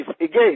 again